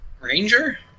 Ranger